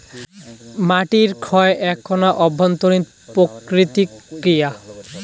মাটির ক্ষয় এ্যাকনা অভ্যন্তরীণ প্রাকৃতিক ক্রিয়া